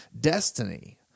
destiny